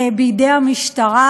בידי המשטרה.